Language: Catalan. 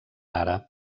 àrab